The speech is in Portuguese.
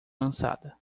lançada